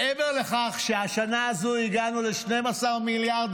מעבר לכך שהשנה הזו הגענו ל-12 מיליארד